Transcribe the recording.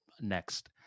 next